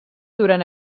durant